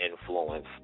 influence